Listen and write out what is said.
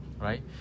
right